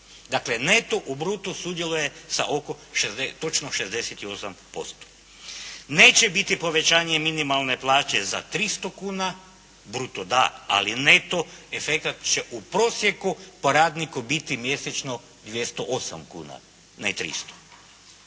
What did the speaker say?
Dakle, neto u bruto sudjeluje sa oko, točno 68%. Neće biti povećanje minimalne plaće za 300 kuna, bruto da, ali neto efekat će u prosjeku po radniku biti mjesečno 208 kuna ne 300.